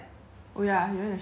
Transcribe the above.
oh ya you want to shower right